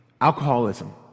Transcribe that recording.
alcoholism